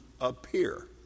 appear